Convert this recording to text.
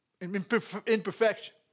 imperfection